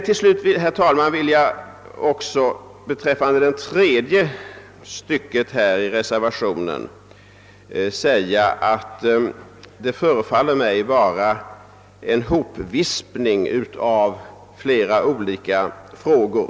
Till slut, herr talman, vill jag säga att det tredje stycket i reservationen förefaller mig vara en hopvispning av olika frågor.